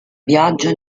viaggio